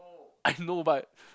I know but